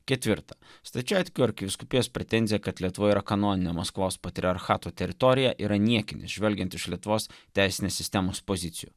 ketvirta stačiatikių arkivyskupijos pretenziją kad lietuvoje yra kanoninę maskvos patriarchato teritoriją yra niekinis žvelgiant iš lietuvos teisinės sistemos pozicijų